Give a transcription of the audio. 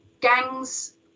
Gangs